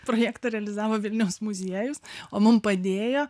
projektą realizavo vilniaus muziejus o mum padėjo